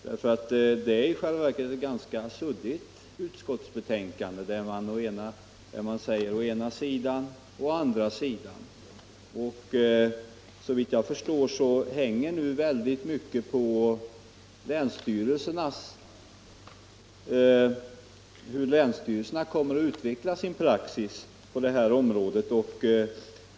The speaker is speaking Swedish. Utskottsbetänkandet är ganska suddigt, man säger t.ex. ”å ena sidan” och ”å andra sidan”. Såvitt jag kan förstå hänger nu mycket på hur länsstyrelserna kommer att utveckla en praxis på det här området.